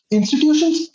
Institutions